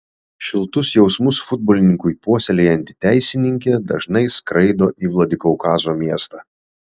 šiltus jausmus futbolininkui puoselėjanti teisininkė dažnai skraido į vladikaukazo miestą